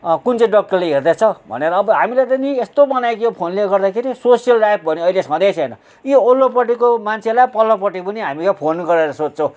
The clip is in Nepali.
कुन चाहिँ डक्टरले हेर्दैछ भनेर अब हामीलाई त नि यस्तो बनायो कि यो फोनले गर्दाखेरि सोसियल लाइफ भन्ने अहिले छँदै छैन यो वल्लोपट्टिको मान्छेलाई पल्लोपट्टि पनि हामी फोन गरेर सोध्छौँ